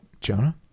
Jonah